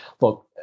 look